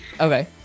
Okay